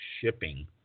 shipping